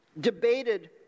debated